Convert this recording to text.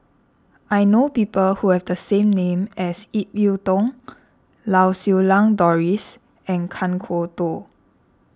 I know people who have the same name as Ip Yiu Tung Lau Siew Lang Doris and Kan Kwok Toh